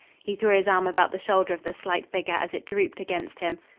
he threw his arm about the shoulder of the slight figure as it drooped against him.